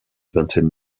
vingtaine